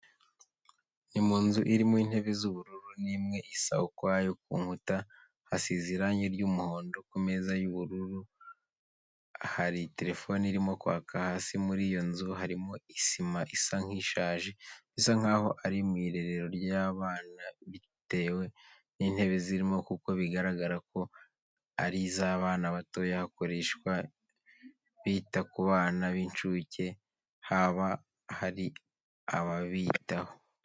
Ni mu nzu irimo intebe z'ubururu n'imwe isa ukwayo, ku nkuta hasize irange ry'umuhondo, ku meza y'ubururu hari telephone irimo kwaka, hasi muri iyo nzu harimo isima isa nkishaje, bisa nkaho ari mu irerero ry'abana bitewe n'intebe zirimo kuko bigaragara ko ari iz'abana batoya, hakoreshwa bita ku bana b'incuke, haba hari ababitaho.